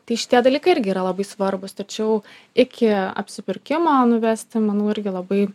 tai šitie dalykai irgi yra labai svarbūs tačiau iki apsipirkimo nuvesti manau irgi labai